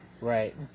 Right